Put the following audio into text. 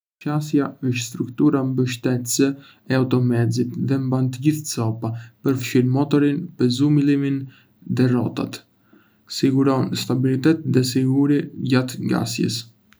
Shasia është struktura mbështetëse e automjetit dhe mban të gjithë copa, përfshirë motorin, pezullimin dhe rrotat. Siguron stabilitet dhe siguri gjatë ngasjes.